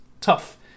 tough